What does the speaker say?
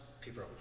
people